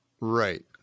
right